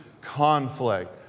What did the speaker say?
conflict